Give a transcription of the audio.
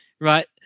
right